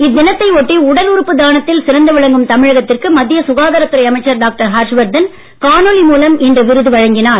இத்தினத்தை ஒட்டி உடல் உறுப்பு தானத்தில் சிறந்து விளங்கும் தமிழகத்திற்கு மத்திய சுகாதாரத்துறை அமைச்சர் டாக்டர் ஹர்ஷ் வர்தன் காணொலி மூலம் இன்று விருது வழங்கினார்